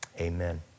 amen